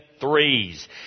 threes